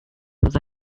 was